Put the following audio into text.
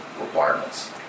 requirements